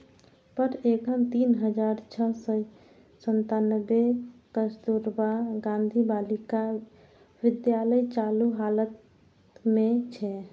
पर एखन तीन हजार छह सय सत्तानबे कस्तुरबा गांधी बालिका विद्यालय चालू हालत मे छै